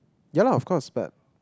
ya lah of course but